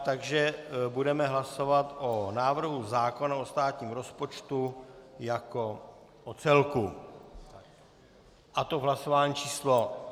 Takže budeme hlasovat o návrhu zákona o státním rozpočtu jako o celku, a to v hlasování číslo 229.